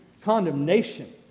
condemnation